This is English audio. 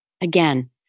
again